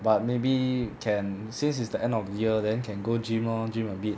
but maybe can since it's the end of the year then can go gym lor gym a bit